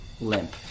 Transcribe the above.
limp